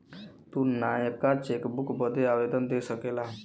तू नयका चेकबुक बदे आवेदन दे सकेला